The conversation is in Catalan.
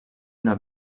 una